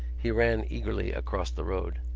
he ran eagerly across the road.